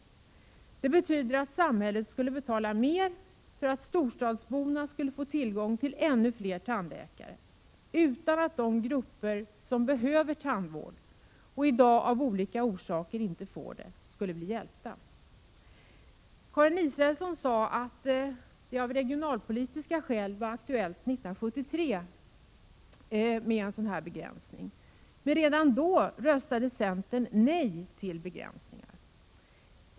Det betyder att samhället skulle betala mer för att storstadsborna skulle få tillgång till ännu fler tandläkare — utan att de grupper som behöver tandvård och i dag av olika orsaker inte får det skulle bli hjälpta. Karin Israelsson sade att det av regionalpolitiska skäl var aktuellt med en sådan här begränsning 1973. Men redan då röstade centern nej till begränsningar.